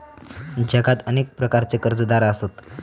जगात अनेक प्रकारचे कर्जदार आसत